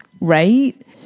right